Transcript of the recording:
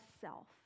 self